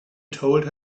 told